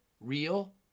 real